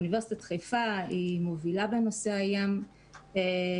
אוניברסיטת חיפה מובילה בנושא הים בארץ,